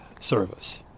service